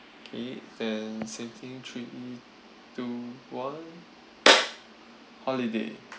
K then setting three two one holiday